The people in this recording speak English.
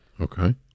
Okay